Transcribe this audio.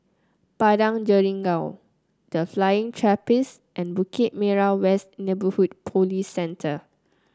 Padang Jeringau The Flying Trapeze and Bukit Merah West Neighbourhood Police Center